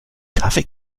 kaffee